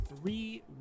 three